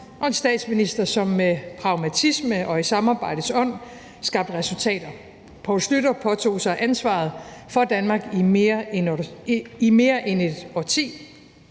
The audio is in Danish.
og en statsminister, som med pragmatisme og i samarbejdets ånd skabte resultater. Poul Schlüter påtog sig ansvaret for Danmark i mere end et årti.